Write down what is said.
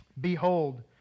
behold